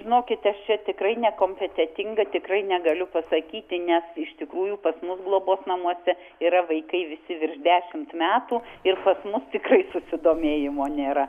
žinokit aš čia tikrai nekompetentinga tikrai negaliu pasakyti nes iš tikrųjų pas mus globos namuose yra vaikai visi virš dešimt metų ir pas mus tikrai susidomėjimo nėra